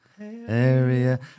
Area